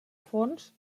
fons